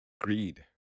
greed